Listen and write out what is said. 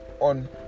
on